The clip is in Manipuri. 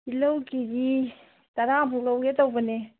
ꯇꯤꯜꯍꯧ ꯀꯦꯖꯤ ꯇꯔꯥꯃꯨꯛ ꯂꯧꯒꯦ ꯇꯧꯕꯅꯦ